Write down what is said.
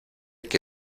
que